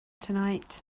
tonight